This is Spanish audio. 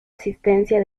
asistencia